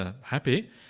happy